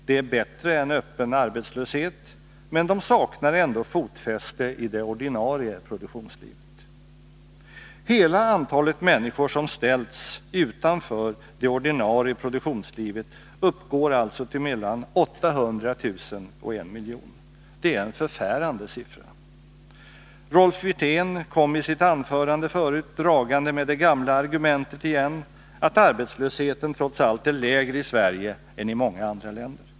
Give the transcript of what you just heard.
Det är bättre än öppen arbetslöshet, men de saknar ändå fotfäste i det ordinarie produktionslivet. Hela antalet människor som ställs utanför det ordinarie produktionslivet uppgår alltså till mellan 800 000 och 1 000 000. Det är en förfärande siffra. Rolf Wirtén kom i sitt anförande dragande med det gamla argumentet att arbetslösheten trots allt är lägre i Sverige än i många andra länder.